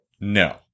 No